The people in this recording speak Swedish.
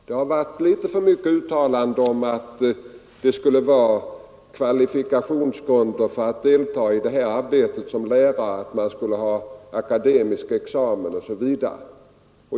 Det har förekommit litet för mycket av uttalanden om att kvalifikationsgrunden för lärare i detta arbete borde vara akademisk examen osv.